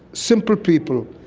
simple people,